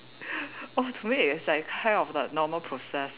oh to me it's like kind of the normal process